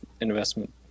investment